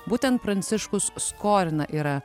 būtent pranciškus skorina yra